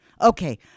Okay